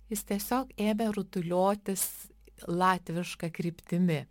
jis tiesiog ėmė rutuliotis latviška kryptimi